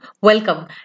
welcome